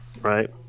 right